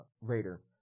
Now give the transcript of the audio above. raider